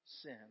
sin